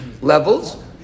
levels